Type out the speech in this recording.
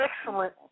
Excellent